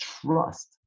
trust